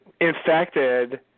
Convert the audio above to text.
infected